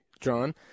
John